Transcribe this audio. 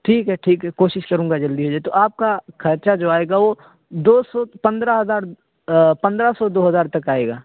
ٹھیک ہے ٹھیک ہے کوشش کروں گا جلدی ہو جائے تو آپ کا خرچہ جو آئے گا وہ دو سو پندرہ ہزار پندرہ سو دو ہزار تک آئے گا